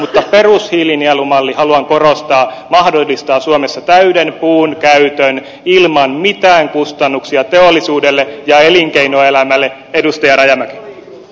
mutta perushiilinielumalli haluan korostaa mahdollistaa suomessa täyden puunkäytön ilman mitään kustannuksia teollisuudelle ja elinkeinoelämälle edustaja rajamäki